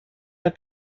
der